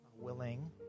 willing